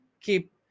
keep